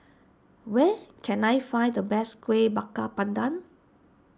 where can I find the best Kuih Bakar Pandan